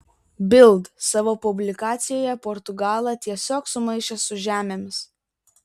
bild savo publikacijoje portugalą tiesiog sumaišė su žemėmis